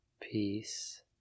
peace